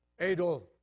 Adol